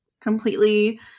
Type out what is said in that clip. completely